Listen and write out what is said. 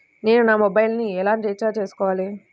నేను నా మొబైల్కు ఎలా రీఛార్జ్ చేసుకోవాలి?